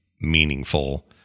meaningful